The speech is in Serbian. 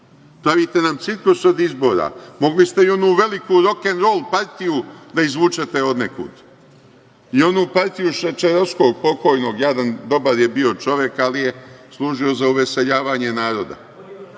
Pravite nam cirkus od izbora. Mogli ste i onu veliku rokenrol partiju da izvučete odnekud. I onu partiju Šećerovskog, pokojnog, jadan, dobar je bio čovek ali je služio za uveseljavanje naroda.